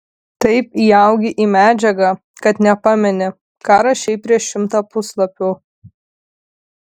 taip įaugi į medžiagą kad nepameni ką rašei prieš šimtą puslapių